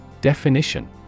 Definition